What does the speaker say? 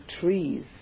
trees